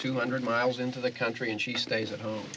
two hundred miles into the country and she stays at home